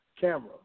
camera